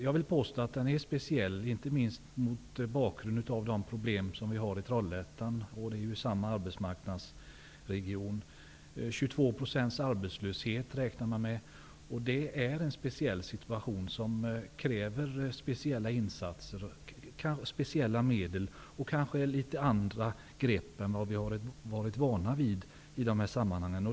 Jag vill påstå att den är speciell, inte minst mot bakgrund av de problem som vi har i Trollhättan, som ju tillhör samma arbetsmarknadsregion. Man räknar med Det är en speciell situation som kräver speciella insatser, kanske speciella medel och litet andra grepp än vad vi har varit vana vid i dessa sammanhang.